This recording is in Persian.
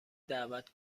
دعوت